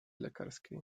lekarskiej